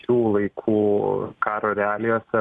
šių laikų karo realijose